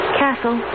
castle